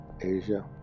Asia